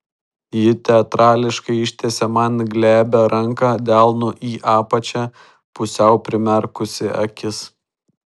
ji teatrališkai ištiesė man glebią ranką delnu į apačią pusiau primerkusi akis